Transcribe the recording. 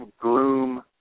Gloom